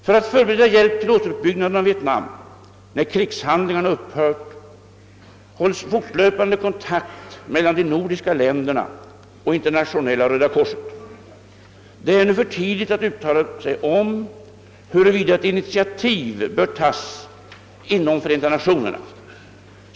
För att förbereda hjälp till återuppbyggnaden av Vietnam när krigshandlingarna upphört hålls fortlöpande kontakt mellan de nordiska länderna och Internationella röda korset. Det är ännu för tidigt att uttala sig om huruvid ett initiativ bör tas inom Förenta Nationerna.